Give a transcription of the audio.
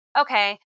okay